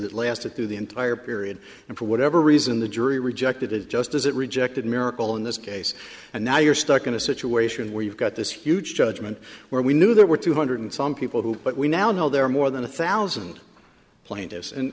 that lasted through the entire period and for whatever reason the jury rejected it just as it rejected miracle in this case and now you're stuck in a situation where you've got this huge judgment where we knew there were two hundred some people who but we now know there are more than a thousand plaintiffs and